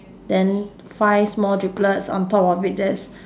then five small driblets on top of it there's